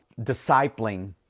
discipling